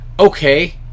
Okay